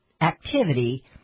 activity